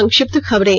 संक्षिप्त खबरें